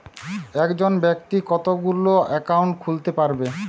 একজন ব্যাক্তি কতগুলো অ্যাকাউন্ট খুলতে পারে?